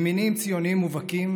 ממניעים ציוניים מובהקים,